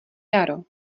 jaro